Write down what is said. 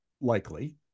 likely